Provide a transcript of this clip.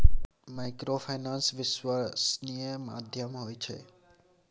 Microfinance विश्वासनीय माध्यम होय छै?